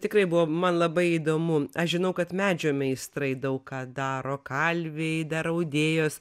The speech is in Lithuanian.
tikrai buvo man labai įdomu aš žinau kad medžio meistrai daug ką daro kalviai dar audėjos